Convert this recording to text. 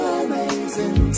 amazing